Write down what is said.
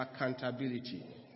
accountability